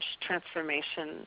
transformation